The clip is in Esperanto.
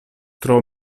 tro